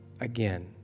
Again